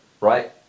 Right